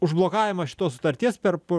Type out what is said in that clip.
užblokavimas šitos sutarties per pu